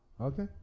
Okay